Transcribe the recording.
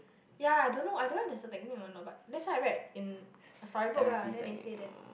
ya I don't know I don't know if there's a technique or not but that's what I read in a storybook lah then they say that